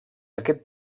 aquest